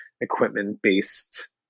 equipment-based